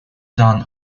done